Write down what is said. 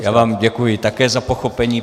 Já vám děkuji také za pochopení.